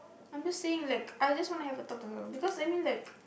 I'm just saying like I just wanted to have a talk with her because I mean like